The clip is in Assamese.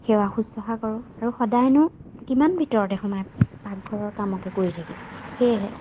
সেৱা শুশ্ৰূষা কৰোঁ আৰু সদায়নো কিমান ভিতৰতে সোমাই পাকঘৰৰ কামকে কৰি থাকিম সেয়েহে